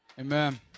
Amen